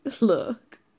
Look